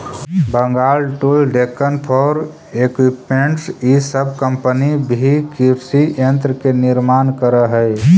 Bengal tools, Deccan farm equipments इ सब company भी कृषि यन्त्र के निर्माण करऽ हई